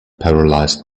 paralysed